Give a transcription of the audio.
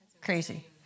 crazy